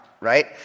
right